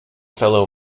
fellow